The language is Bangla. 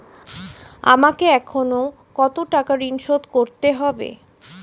আমাকে এখনো কত টাকা ঋণ শোধ করতে হবে?